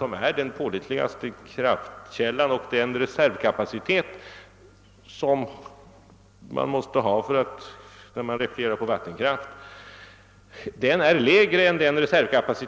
fortfarande den pålitligaste kraftkällan och den reservkapacitet som behövs när man är beroende av vattenkraft är lägre än den som kommer i